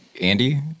Andy